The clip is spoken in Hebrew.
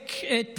זורק את